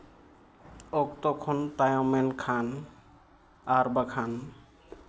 ᱚᱠᱛᱚ ᱠᱷᱚᱱ ᱛᱟᱭᱚᱢ ᱞᱮᱱᱠᱷᱟᱱ ᱟᱨ ᱵᱟᱠᱷᱟᱱ